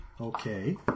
Okay